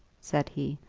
said he,